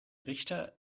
richter